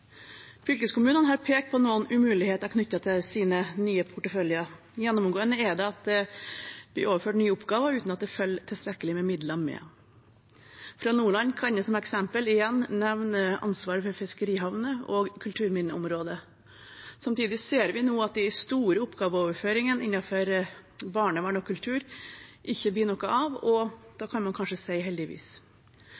Fylkeskommunene har pekt på noen umuligheter knyttet til sine nye porteføljer. Gjennomgående er det at de er overført nye oppgaver uten at det følger tilstrekkelig med midler med. Fra Nordland kan jeg som eksempel igjen nevne ansvaret for fiskerihavner og kulturminneområdet. Samtidig ser vi nå at de store oppgaveoverføringene innenfor barnevern og kultur ikke blir noe av, og da